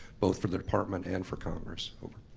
both for the department and for congress?